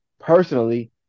personally